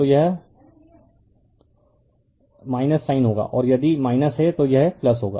तो यह साइन होगा और यदि है तो यह साइन होगा